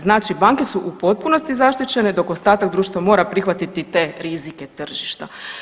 Znači banke su u potpunosti zaštićene dok ostatak društva mora prihvatiti te rizike tržišta.